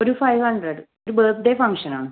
ഒരു five hundred ഒരു birthday function ആണ്